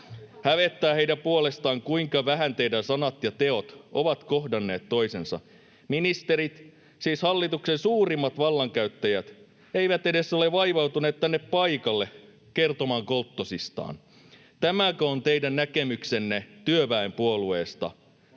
Hävettää heidän puolestaan, kuinka vähän teidän sanat ja teot ovat kohdanneet toisensa. Ministerit, siis hallituksen suurimmat vallankäyttäjät, eivät edes ole vaivautuneet tänne paikalle kertomaan kolttosistaan. Tämäkö on teidän näkemyksenne työväenpuolueesta?